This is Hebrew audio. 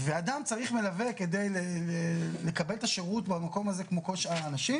ואדם צריך מלווה כדי לקבל את השרות במקום הזה כמו כל שאר האנשים,